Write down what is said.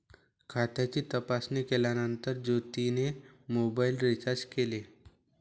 खात्याची तपासणी केल्यानंतर ज्योतीने मोबाइल रीचार्ज केले